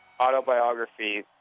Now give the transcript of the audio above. autobiography